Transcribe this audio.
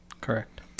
Correct